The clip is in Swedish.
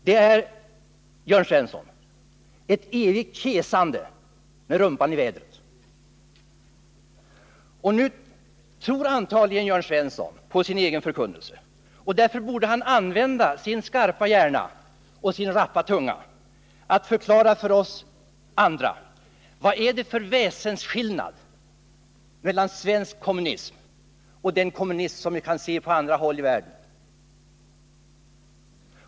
Det är, Jörn Svensson, ett evigt kesande med rumpan i vädret. Nu tror antagligen Jörn Svensson på sin egen förkunnelse. Därför borde han använda sin skarpa hjärna och sin rappa tunga till att förklara för oss andra vad det är för väsensskillnad mellan svensk kommunism och den kommunism som vi kan se på andra håll i världen.